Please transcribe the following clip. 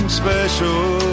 special